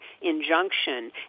injunction